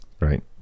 right